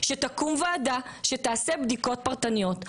שתקום ועדה שתעשה בדיקות פרטניות.